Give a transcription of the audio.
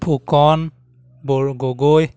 ফুকন বৰ গগৈ